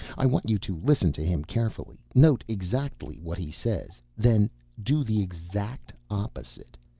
i want you to listen to him carefully, note exactly what he says, then do the exact opposite.